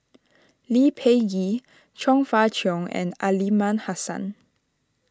Lee Peh Gee Chong Fah Cheong and Aliman Hassan